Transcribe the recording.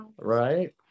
right